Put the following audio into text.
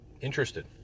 interested